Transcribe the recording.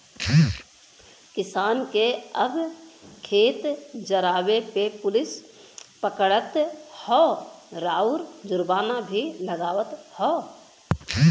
किसान के अब खेत जरावे पे पुलिस पकड़त हौ आउर जुर्माना भी लागवत हौ